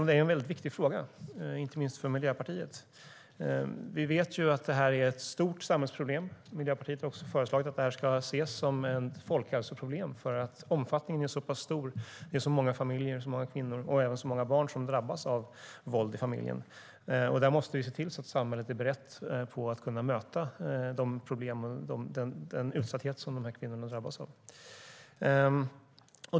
Det är nämligen en viktig fråga, inte minst för Miljöpartiet. Vi vet att det här är ett stort samhällsproblem. Miljöpartiet har också föreslagit att det ska ses som ett folkhälsoproblem, för omfattningen är så pass stor - det är så många familjer, kvinnor och även barn som drabbas av våld inom familjen. Vi måste se till att samhället är berett att möta de problem och den utsatthet de här kvinnorna drabbas av.